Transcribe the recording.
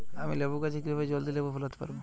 আমি লেবু গাছে কিভাবে জলদি লেবু ফলাতে পরাবো?